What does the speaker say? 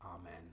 Amen